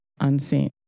unseen